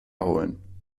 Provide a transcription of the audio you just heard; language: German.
holen